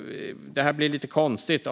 Det blir lite konstigt.